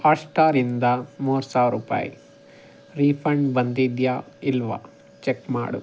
hot star ಇಂದ ಮೂರು ಸಾವ್ರ ರೂಪಾಯಿ ರೀಫಂಡ್ ಬಂದಿದೆಯಾ ಇಲ್ವಾ ಚೆಕ್ ಮಾಡು